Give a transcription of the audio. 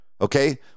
okay